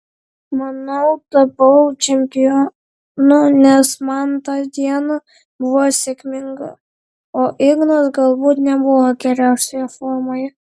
manau tapau čempionu nes man ta diena buvo sėkminga o ignas galbūt nebuvo geriausioje formoje